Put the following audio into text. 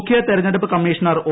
മുഖ്യതെരഞ്ഞെടുപ്പ് commissioner O